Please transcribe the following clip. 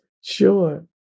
Sure